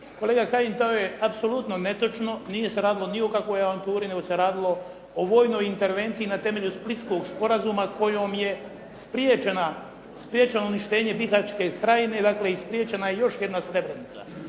Kolega Kajin to je apsolutno netočno. Nije se radilo nikakvoj avanturi, nego se radilo o vojnoj intervenciji na temelju Splitskog sporazuma kojom je spriječeno uništenje Bihaćke krajine, i dakle spriječena je još jedna stepenica.